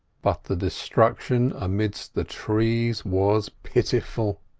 but the destruction amidst the trees was pitiful.